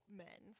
men